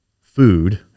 food